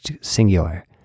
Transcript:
singular